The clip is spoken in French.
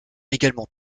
également